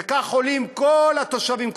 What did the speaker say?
וכך עולים כל התושבים,